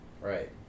Right